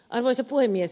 arvoisa puhemies